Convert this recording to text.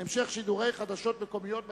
המשך שידורי חדשות מקומיות לטלוויזיה.